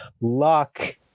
luck